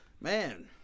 Man